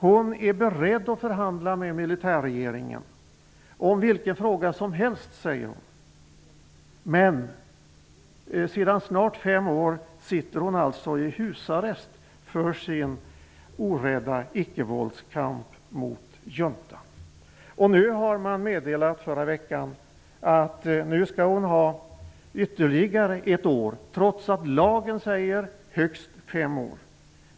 Hon är beredd att förhandla med militärregeringen om vilken fråga som helst, säger hon, men sedan snart fem år tillbaka sitter hon i husarrest för sin orädda ickevåldskamp mot juntan. Man har i förra veckan meddelat att hon skall vara arresterad ytterligare ett år, trots att lagen säger högst fem år.